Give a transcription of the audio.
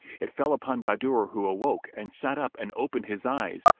it fell upon bahadur who awoke and sat up and opened his eyes,